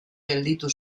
gelditu